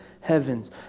heavens